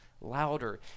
louder